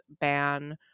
ban